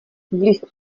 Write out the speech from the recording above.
vliv